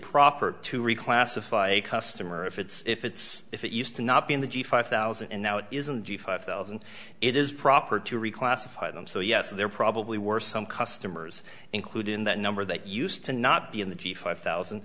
proper to reclassify a customer if it's if it's if it used to not be in the g five thousand and now it isn't the five thousand it is proper to reclassify them so yes there probably were some customers include in that number that used to not be in the g five thousand